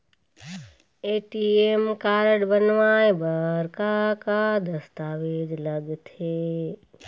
ATM card बनवाए बर का का दस्तावेज लगथे?